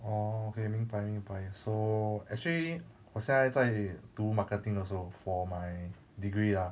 orh okay 明白明白 so actually 我现在读 marketing also for my degree ah